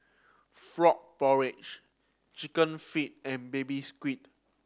frog porridge Chicken Feet and Baby Squid